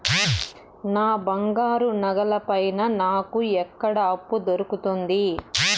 నా బంగారు నగల పైన నాకు ఎక్కడ అప్పు దొరుకుతుంది